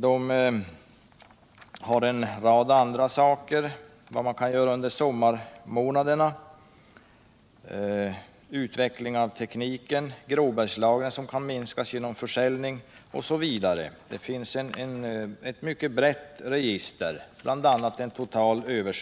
Man har förslag på en rad andra ting som man kan göra under sommarmånaderna: utveckling av tekniken, minskning av gråbergslagret genom försäljning osv. Det finns ett mycket brett register över